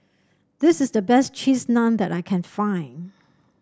this is the best Cheese Naan that I can find